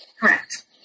Correct